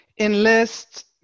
enlist